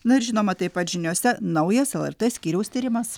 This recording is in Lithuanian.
na ir žinoma taip pat žiniose naujas lrt skyriaus tyrimas